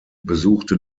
besuchte